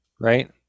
right